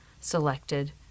selected